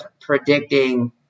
predicting